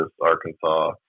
Arkansas